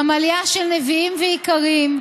פמליה של נביאים ואיכרים,